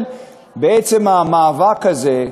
ולכן בעצם המאבק הזה.